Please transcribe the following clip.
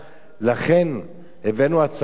לכן הבאנו הצעת חוק,